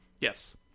Yes